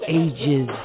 ages